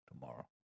tomorrow